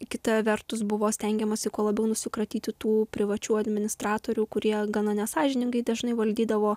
kita vertus buvo stengiamasi kuo labiau nusikratyti tų privačių administratorių kurie gana nesąžiningai dažnai valdydavo